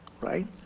right